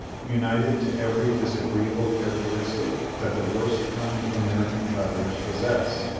united to every disagreeable characteristic that the worst kind of american travellers possess,